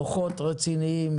מוחות רציניים,